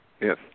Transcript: yes